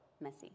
messy